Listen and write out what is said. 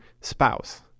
spouse